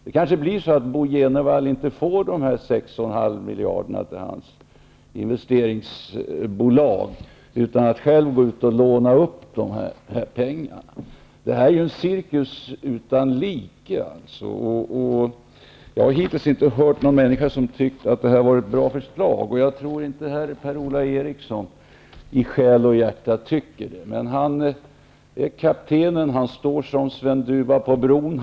Det kanske blir så att Bo Jenevall inte får de 6,5 miljarderna till sitt investeringsbolag utan att själv behöva gå ut och låna upp pengarna. Det här är ju en cirkus utan like. Jag har hittills inte hört någon människa som tyckt att det är ett bra förslag. Jag tror inte att Per-Ola Eriksson i själ och hjärta tycker att det är bra, men han är kaptenen, han står som Sven Duva på bron.